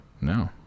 No